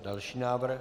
Další návrh.